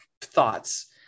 thoughts